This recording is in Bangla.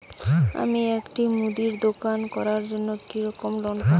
আমি একটি মুদির দোকান করার জন্য কি রকম লোন পাব?